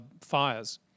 fires